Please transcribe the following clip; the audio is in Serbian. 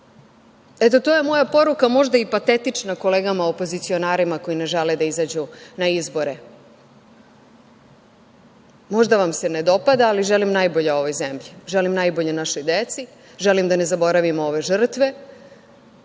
Eto to je moja poruka, možda i patetična kolegama opozicionarima koji ne žele da izađu na izbore, možda vam se ne dopada, ali želim najbolje ovoj zemlji, želim najbolje našoj deci, želim da ne zaboravimo ove žrtve,